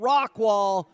Rockwall